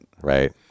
Right